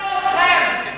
הביאה אתכם.